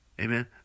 Amen